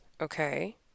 okay